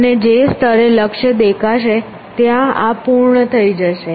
અને જે સ્તરે લક્ષ્ય દેખાશે ત્યાં આ પૂર્ણ થઇ જશે